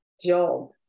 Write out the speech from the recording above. job